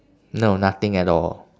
no nothing at all